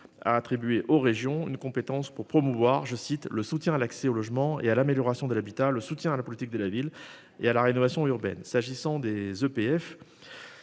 a attribué aux régions une compétence pour promouvoir je cite le soutien à l'accès au logement et à l'amélioration de l'habitat, le soutien à la politique de la ville et à la rénovation urbaine. S'agissant des EPF.